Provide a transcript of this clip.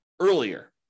earlier